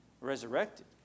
resurrected